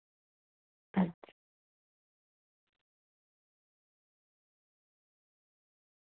अच्छा